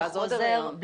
ואז עוד הריון.